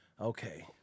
Okay